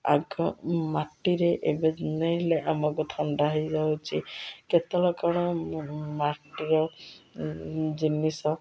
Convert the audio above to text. ଆଗ ମାଟିରେ ଏବେ ନେଲେ ଆମକୁ ଥଣ୍ଡା ହେଇଯାଉଛି କେତେବେଳେ କ'ଣ ମାଟିର ଜିନିଷ